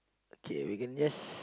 okay we can just